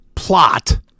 plot